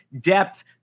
depth